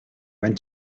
went